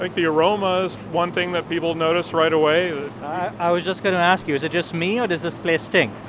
like the aroma is one thing that people notice right away i was just going to ask you is it just me, or does this place stink?